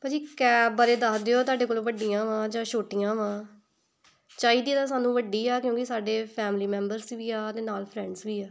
ਭਾਅ ਜੀ ਕੈਬ ਬਾਰੇ ਦੱਸ ਦਿਓ ਤੁਹਾਡੇ ਕੋਲ ਵੱਡੀਆਂ ਵਾਂ ਜਾਂ ਛੋਟੀਆਂ ਵਾਂ ਚਾਹੀਦੀ ਤਾਂ ਸਾਨੂੰ ਵੱਡੀ ਆ ਕਿਉਂਕਿ ਸਾਡੇ ਫੈਮਲੀ ਮੈਂਬਰਸ ਵੀ ਆ ਅਤੇ ਨਾਲ ਫਰੈਂਡਸ ਵੀ ਆ